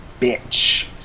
bitch